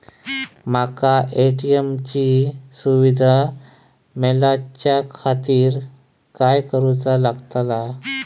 माका ए.टी.एम ची सुविधा मेलाच्याखातिर काय करूचा लागतला?